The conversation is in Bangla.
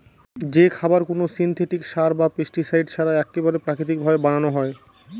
যে খাবার কোনো সিনথেটিক সার বা পেস্টিসাইড ছাড়া এক্কেবারে প্রাকৃতিক ভাবে বানানো হয়